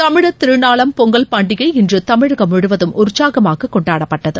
தமிழ் திருநாளாம் பொங்கல் பண்டிகை இன்று தமிழகம் முழுவதும் உற்சாகமாக கொண்டாடப்பட்டது